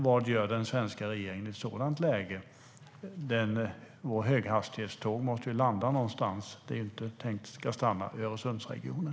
Vad gör den svenska regeringen i ett sådant läge? Vårt höghastighetståg måste ju landa någonstans. Det är inte tänkt att det ska stanna i Öresundsregionen.